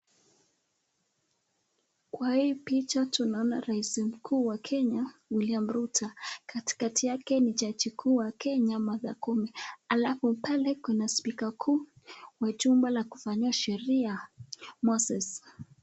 Kwa hii picha tunaona rais mkuu wa Kenya, Wiliam Ruto katikati yake ni jaji kuu wa Kenya Martha Koome, alafu pale kuna spika kuu wa jumba la kufanyia sheria, Moses.